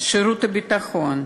שירות הביטחון,